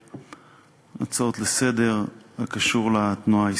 ההצעות לסדר-היום הקשורות לתנועה האסלאמית.